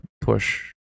push